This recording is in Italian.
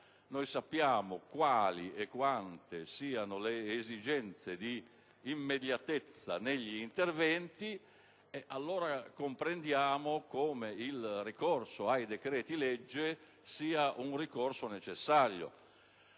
Noi sappiamo quali e quante siano le esigenze di immediatezza negli interventi ed allora comprendiamo come il ricorso ai decreti-legge sia necessario.